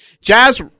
Jazz